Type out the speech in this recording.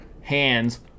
hands